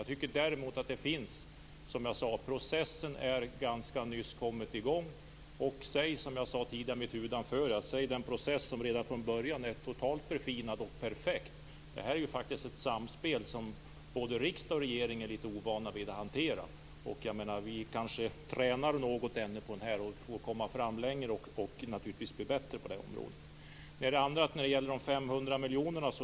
Men som jag sade i mitt huvudanförande har processen ganska nyss kommit i gång, och säg den process som redan från början är totalt förfinad och perfekt! Detta rör sig om ett samspel som både riksdag och regeringen är ovana att hantera. Vi tränar kanske ännu på detta och skall naturligtvis bli bättre på området. Sedan gällde det de 500 miljonerna.